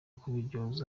kubiryozwa